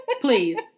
Please